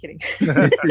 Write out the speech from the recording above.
kidding